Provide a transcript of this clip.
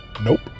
Nope